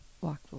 walk